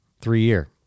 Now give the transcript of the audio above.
three-year